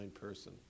person